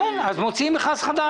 כן, אז מוציאים מכרז חדש.